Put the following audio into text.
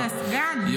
אתה סגן.